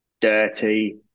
dirty